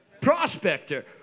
Prospector